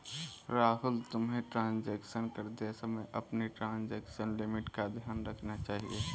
राहुल, तुम्हें ट्रांजेक्शन करते समय अपनी ट्रांजेक्शन लिमिट का ध्यान रखना चाहिए